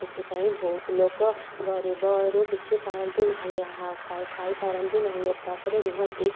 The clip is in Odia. ସେଥିପାଇଁ ବହୁତ ଲୋକ ଗରିବରୁ କିଛି ପାଆନ୍ତି ନାହିଁ ହା ଖାଇ ଖାଇ ପାରନ୍ତି ନାହିଁ ଓପାସରେ ରୁହନ୍ତି